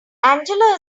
angela